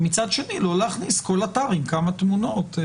מצד שני, לא להכניס כל אתר עם כמה תמונות.